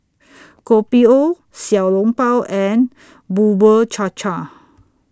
Kopi O Xiao Long Bao and Bubur Cha Cha